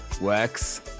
Works